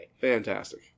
Fantastic